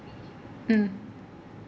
mm